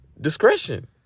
discretion